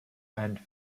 and